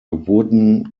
wooden